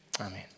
Amen